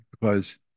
because-